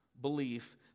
belief